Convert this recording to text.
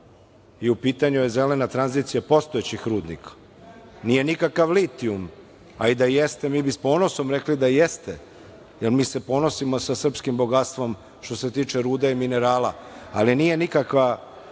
i u pitanju je zelena tranzicija postojećih rudnika. Nije nikakav litijum, a i da jeste mi bi sa ponosom rekli da jeste, jer mi se ponosimo sa srpskim bogatstvom, što se tiče ruda i minerala, ali nije nikakva